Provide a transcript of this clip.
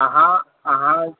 अहाँ अहाँ